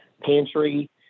Pantry